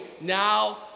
now